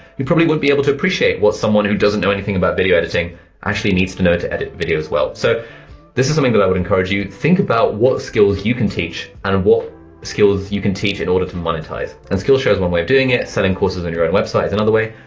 who probably would be able to appreciate what someone who doesn't know anything about video editing actually needs to know to edit videos well. so this is something that i would encourage you, think about what skills you can teach, and what skills you can teach in order to monetize. and skillshare is one way of doing it, selling courses on your own website is another way,